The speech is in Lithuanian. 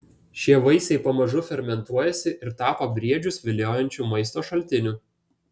šie vaisiai pamažu fermentuojasi ir tapo briedžius viliojančiu maisto šaltiniu